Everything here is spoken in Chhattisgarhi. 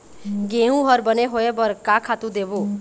गेहूं हर बने होय बर का खातू देबो?